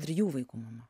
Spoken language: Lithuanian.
trijų vaikų mama